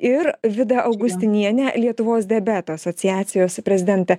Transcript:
ir vida augustinienė lietuvos diabeto asociacijos prezidentė